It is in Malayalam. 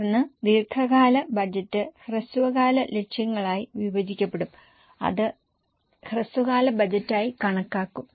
തുടർന്ന് ദീർഘകാല ബജറ്റ് ഹ്രസ്വകാല ലക്ഷ്യങ്ങളായി വിഭജിക്കപ്പെടും അത് ഹ്രസ്വകാല ബജറ്റായി കണക്കാക്കും